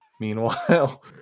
Meanwhile